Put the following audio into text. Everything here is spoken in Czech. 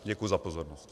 Děkuji za pozornost.